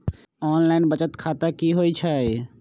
Online बचत खाता की होई छई?